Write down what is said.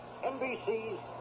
NBC's